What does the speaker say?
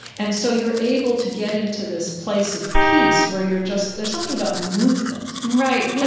and so you're able to get into this place of peace where you're just there's something about movement right. yeah